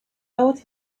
out